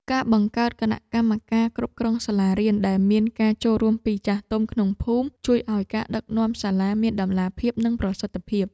ការបង្កើតគណៈកម្មការគ្រប់គ្រងសាលារៀនដែលមានការចូលរួមពីចាស់ទុំក្នុងភូមិ ជួយឱ្យការដឹកនាំសាលាមានតម្លាភាពនិងប្រសិទ្ធភាព។